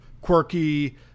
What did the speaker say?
quirky